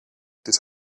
this